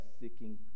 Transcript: seeking